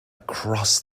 cross